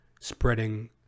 spreading